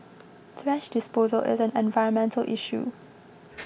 thrash disposal is an environmental issue